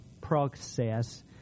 process